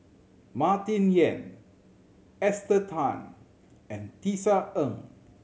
Martin Yan Esther Tan and Tisa Ng